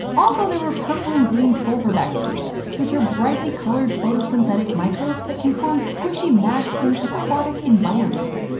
also there were purple and green sulfur bacteria, which are brightly-colored photosynthetic microbes that can form squishy mats in aquatic environments.